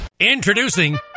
Introducing